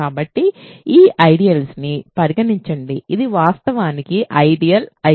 కాబట్టి ఈ ఐడియల్స్ ని పరిగణించండి ఇది వాస్తవానికి ఐడియల్ I